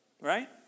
Right